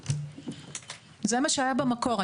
זה מה שהיה במקור.